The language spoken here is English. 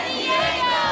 Diego